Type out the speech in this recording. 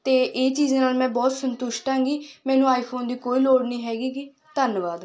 ਅਤੇ ਇਹ ਚੀਜ਼ ਨਾਲ ਮੈਂ ਬਹੁਤ ਸੰਤੁਸ਼ਟ ਆਂਗੀ ਮੈਨੂੰ ਆਈਫੋਨ ਦੀ ਕੋਈ ਲੋੜ ਨਹੀਂ ਹੈਗੀ ਗੀ ਧੰਨਵਾਦ